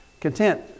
Content